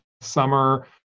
summer